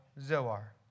Zoar